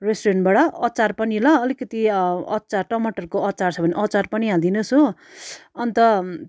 रेस्टुरेन्टबाट अचार पनि ल अलिकति अचार टमाटरको अचार छ भने अचार पनि हालिदिनुहोस् हो अन्त